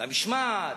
במשמעת,